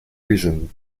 reason